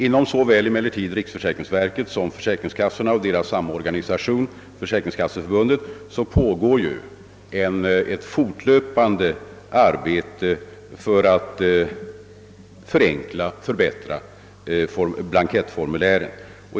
Inom såväl riksförsäkringsverket som försäkringskassorna och deras samorganisation, försäkringskasseförbundet, pågår emellertid ett fortlöpande arbete för att förenkla och förbättra blankettformulären.